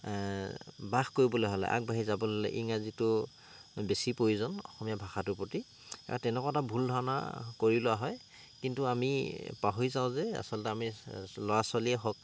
বাস কৰিবলে হ'লে আগবাঢ়ি যাবলে হ'লে ইংৰাজীটো বেছি প্ৰয়োজন অসমীয়া ভাষাটোৰ প্ৰতি আৰু তেনেকুৱা এটা ভুল ধাৰণা কৰি লোৱা হয় কিন্তু আমি পাহৰি যাওঁ যে আচলতে আমি ল'ৰা ছোৱালীয়ে হওক